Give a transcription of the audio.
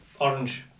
orange